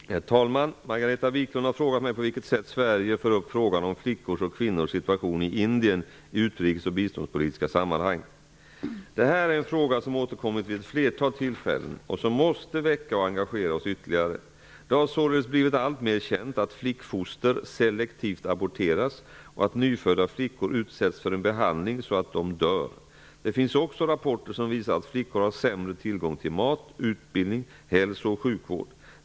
Herr talman! Margareta Viklund har frågat mig på vilket sätt Sverige för upp frågan om flickors och kvinnors situation i Indien i utrikes och biståndspolitiska sammanhang. Det här är en fråga som har återkommit vid ett flertal tillfällen och som måste väcka och engagera oss ytterligare. Det har således blivit alltmer känt att flickfoster selektivt aborteras och att nyfödda flickor utsätts för en behandling så att de dör. Det finns också rapporter som visar att flickor har sämre tillgång till mat, utbildning samt hälso och sjukvård.